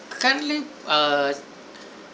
currently uh